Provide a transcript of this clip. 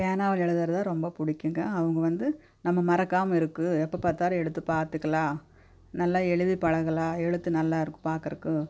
பேனாவில் எழுதுகிறதா ரொம்ப பிடிக்குங்க அவங்க வந்து நம்ம மறக்காமல் இருக்கு எப்போ பார்த்தாலும் எடுத்து பார்த்துக்கலாம் நல்லா எழுதி பழகலாம் எழுத்து நல்லாயிருக்கும் பார்க்குறக்கு